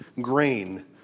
grain